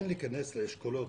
כן להיכנס לאשכולות